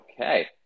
Okay